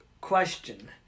question